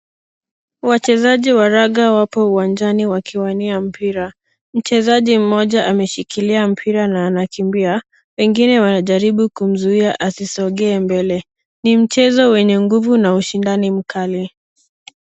Wachezaji wa raga wapo uwanjani wakiwania mpira. Mchezaji mmoja ameshikilia mpira na anakimbia. Wengine wanajaribu kumzuia asisogee mbele. Ni mchezo wenye nguvu na ushindani mkali.